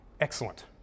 excellent